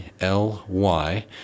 L-Y